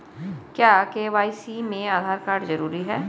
क्या के.वाई.सी में आधार कार्ड जरूरी है?